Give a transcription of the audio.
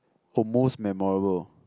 oh most memorable